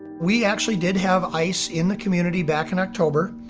we actually did have ice in the community back in october.